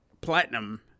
platinum